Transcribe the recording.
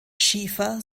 schiefer